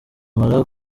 amara